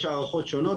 יש הערכות שונות,